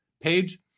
page